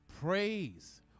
Praise